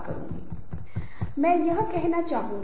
तो समूह में बोलना या संवाद करना भी एक कला है